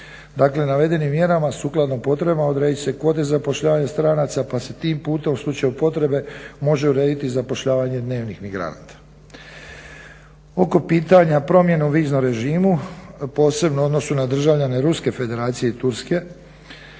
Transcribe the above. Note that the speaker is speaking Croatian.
Dakle navedenim mjerama sukladno potrebama odredit će se kvote zapošljavanja stranaca pa se tim putem u slučaju potrebe može urediti zapošljavanje dnevnih migranata. Oko pitanja promjene u viznom režimo posebno u odnosu na državljane Ruske Federacije i Turske